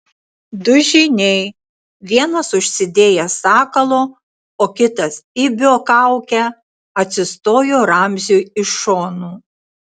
du žyniai vienas užsidėjęs sakalo o kitas ibio kaukę atsistojo ramziui iš šonų